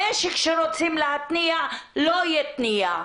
המשק שרוצים להתניע לא יתניע.